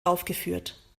aufgeführt